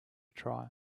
try